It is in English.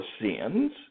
sins